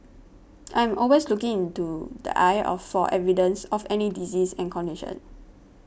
I am always looking into the eye of for evidence of any disease and condition